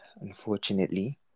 Unfortunately